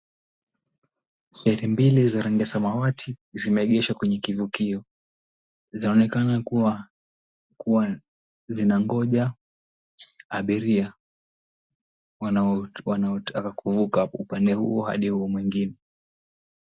Feri mbili za rangi samawati, zimeegeshwa kwenye kivukio. Zinaonekana kuwa kuwa zinangoja abiria wanao wanaotaka kuvuka upande huu hadi huu mwingine.